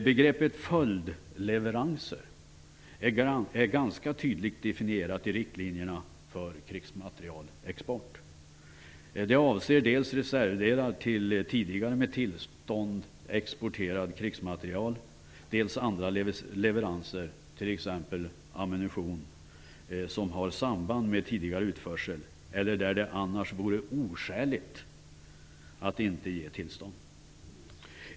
Begreppet följdleveranser är ganska tydligt definierat i riktlinjerna för krigsmaterielexport. Det avser dels reservdelar till tidigare med tillstånd exporterad krigsmateriel, dels andra leveranser, t.ex. ammunition, som har samband med tidigare utförsel eller där det annars vore oskäligt att inte ge tillstånd.